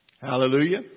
Hallelujah